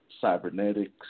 cybernetics